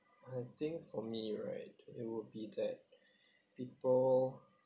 I think for me right it would be that people